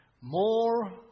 more